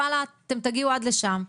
ואללה אתם תגיעו עד לשם.